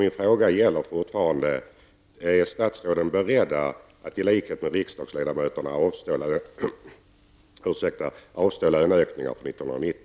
Min fråga gäller fortfarande: Är statsråden beredda att i likhet med riksdagsledamöterna avstå löneökningen för 1990?